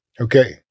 Okay